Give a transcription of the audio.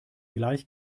gleich